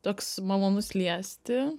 toks malonus liesti